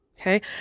Okay